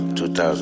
2000